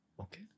Okay